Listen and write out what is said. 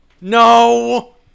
No